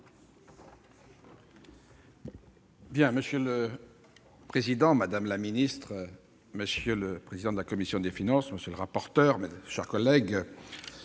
Marc. Monsieur le président, madame la secrétaire d'État, monsieur le président de la commission des finances, monsieur le rapporteur, mes chers collègues,